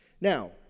Now